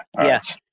Yes